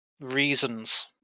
reasons